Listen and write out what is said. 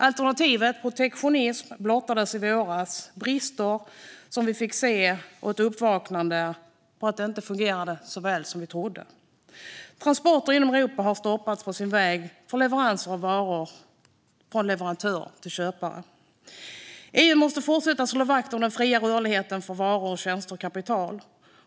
Alternativet - protektionism - blottade i våras brister och ett uppvaknande om att det inte fungerade så väl som vi trodde. Transporter inom Europa har stoppats på sin väg med leveranser av varor från leverantör till köpare. EU måste fortsätta att slå vakt om den fria rörligheten för varor, tjänster och kapital.